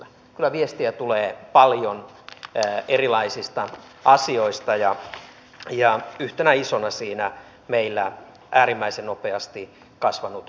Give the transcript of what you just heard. kyllä viestiä tulee paljon erilaisista asioista ja yhtenä isona asiana siinä meillä on äärimmäisen nopeasti kasvanut maahanmuuttajatilanne